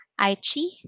Aichi